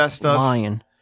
Lion